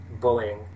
bullying